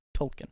tolkien